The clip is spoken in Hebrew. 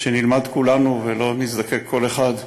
שנלמד כולנו, ולא נזדקק כל אחד,